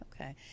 Okay